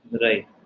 Right